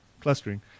clustering